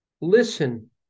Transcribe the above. Listen